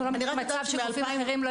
אנחנו לא מכירים מצב שגופים אחרים לא